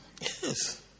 Yes